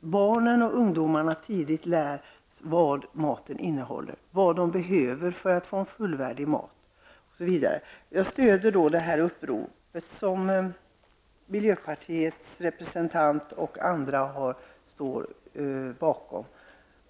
Det är bra om barn och ungdomar tidigt får lära sig vad maten innehåller och vad de behöver för att få en fullvärdig kost. Jag stöder det upprop som miljöpartiets representant och andra står bakom.